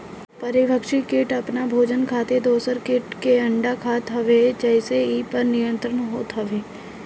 परभक्षी किट अपनी भोजन खातिर दूसरा किट के अंडा खात हवे जेसे इ पर नियंत्रण होत हवे